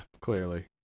clearly